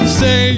say